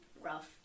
rough